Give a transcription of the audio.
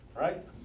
right